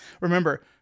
Remember